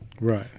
right